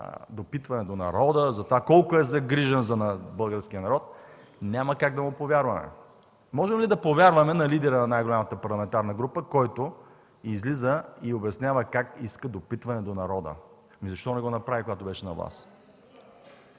допитване до народа, за това колко е загрижен за българския народ. Няма как да му повярваме! Можем ли да повярваме на лидера на най-голямата парламентарна група, който излиза и обяснява как иска допитване до народа? Ами защо не го направи, когато беше на власт?!